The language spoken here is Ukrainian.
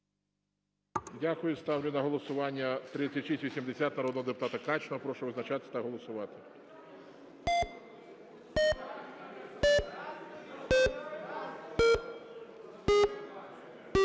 Дякую. Ставлю на голосування 3680 народного депутата Качного. Прошу визначатися та голосувати.